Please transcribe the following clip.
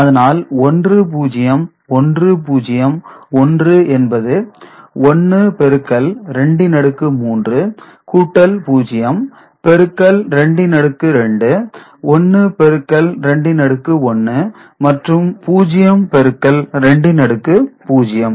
அதனால் 1 0 1 0 1 என்பது 1 பெருக்கல் 2 இன் அடுக்கு 3 கூட்டல் 0 பெருக்கல் 2 இன் அடுக்கு 2 1 பெருக்கல் 2 இன் அடுக்கு 1 மற்றும் 0 பெருக்கல் 2 இன் அடுக்கு 0